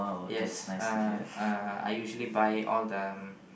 yes uh uh I usually buy all the